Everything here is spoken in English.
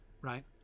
right